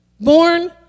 born